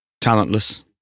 talentless